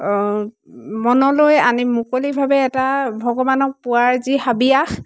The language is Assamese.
মনলৈ আনি মুকলিভাৱে এটা ভগৱানক পোৱাৰ যি হাবিয়াস